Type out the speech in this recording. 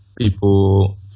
people